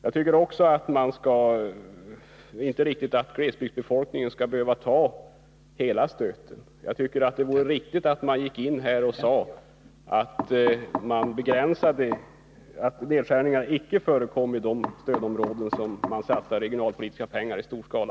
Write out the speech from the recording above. Jag tycker att glesbygdsbefolkningen inte skall behöva ta hela stöten. Det vore riktigt om man här sade att nedskärningar icke skall förekomma i de stödområden — 5 och 6 — där man satsar regionalpolitiska pengar i stor skala.